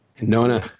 Nona